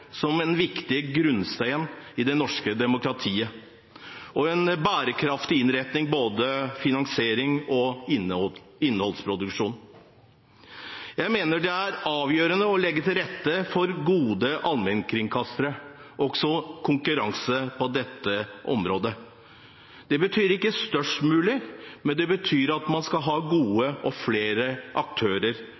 som en viktig grunnstein i det norske demokratiet og ønsker en bærekraftig innretning både når det gjelder finansiering og innholdsproduksjon. Jeg mener det er avgjørende å legge til rette for gode allmennkringkastere, og også konkurranse på dette området. Det betyr ikke størst mulig, men det betyr at man skal ha gode og flere